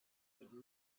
would